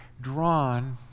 drawn